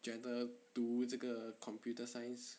觉得读这个 computer science